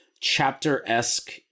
chapter-esque